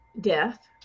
death